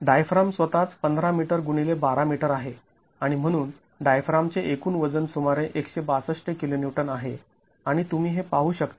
diaphragm स्वतःच १५ metre x १२ metre आहे आणि म्हणून डायफ्रामचे एकूण वजन सुमारे १६२ kN आहे आणि तुम्ही हे येथे पाहू शकता